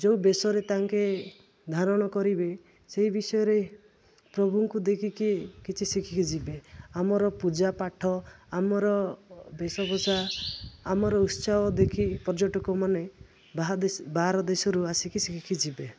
ଯେଉଁ ବେଶରେ ତାଙ୍କେ ଧାରଣ କରିବେ ସେଇ ବିଷୟରେ ପ୍ରଭୁଙ୍କୁ ଦେଖିକି କିଛି ଶିଖିକି ଯିବେ ଆମର ପୂଜା ପାଠ ଆମର ବେଶଭୂଷା ଆମର ଉତ୍ସାହ ଦେଖି ପର୍ଯ୍ୟଟକମାନେ ବାହା ବାହାର ଦେଶରୁ ଆସିକି ଶିଖିକି ଯିବେ